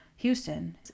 Houston